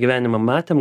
gyvenime matėm